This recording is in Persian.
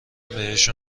بهشون